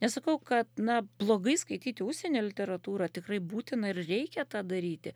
nesakau kad na blogai skaityti užsienio literatūrą tikrai būtina ir reikia tą daryti